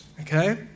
Okay